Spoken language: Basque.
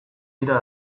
dira